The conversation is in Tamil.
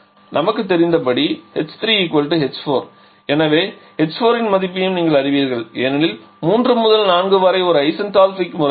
நமக்கு தெரிந்தப் படி h3 h4 எனவே h4 இன் மதிப்பையும் நீங்கள் அறிவீர்கள் ஏனெனில் 3 முதல் 4 வரை ஒரு ஐசென்டால்பிக் செயல்முறை